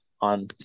on